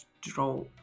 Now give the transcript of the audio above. draw